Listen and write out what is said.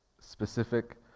specific